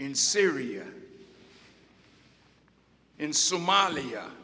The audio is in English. in syria in somalia